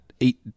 eight